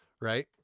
right